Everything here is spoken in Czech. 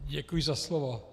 Děkuji za slovo.